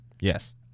Yes